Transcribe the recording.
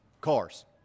Cars